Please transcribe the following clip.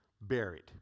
buried